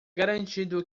garantido